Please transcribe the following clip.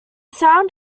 sound